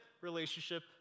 relationship